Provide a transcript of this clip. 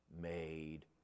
made